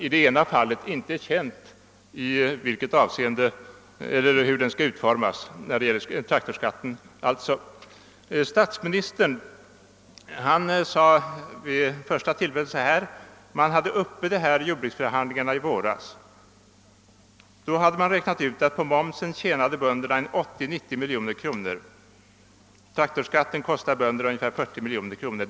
I det ena fallet — jag syftar till traktorskatten — var det inte heller känt hurudan utformningen skall bli. Statsministern sade som svar på en första fråga i radioprogrammet att »man hade uppe det här i jordbruksförhandlingarna i våras — då hade man räknat ut att på momsen tjänade bönderna en 80—90 mkr. Traktorskatten kostar bönder ungefär 40 mkr.